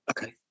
okay